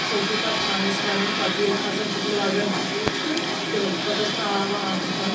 سُے چھِ پَتہٕ تھل أسۍ کران پَتہٕ ییٚلہِ کھسان چھُ سُہ لگان چھُ سُہ تہٕ دِوان چھِ پَتہٕ أسۍ آب واب تَتھ